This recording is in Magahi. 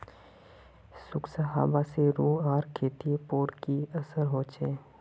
सुखखा हाबा से रूआँर खेतीर पोर की असर होचए?